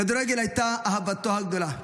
כדורגל היה אהבתו הגדולה,